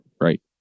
Right